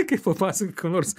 kaip papasako ką nors